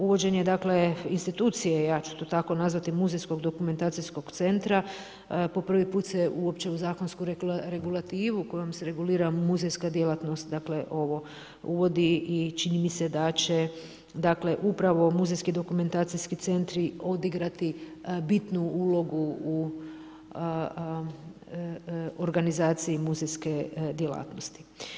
Uvođenje institucije, ja ću to tako nazvati Muzejskog dokumentacijskog centra po prvi put se uopće u zakonsku regulativu kojom se regulira muzejska djelatnost ovo uvodi i čini mi se da će upravo Muzejski dokumentacijski centri odigrati bitnu ulogu u organizaciji muzejske djelatnosti.